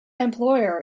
employer